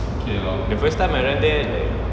the first time I run there like